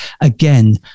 again